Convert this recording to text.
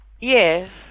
Yes